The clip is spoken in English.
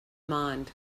mind